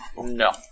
No